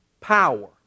power